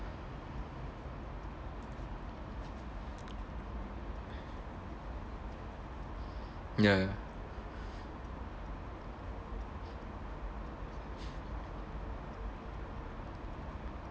ya ya